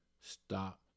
Stop